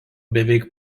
beveik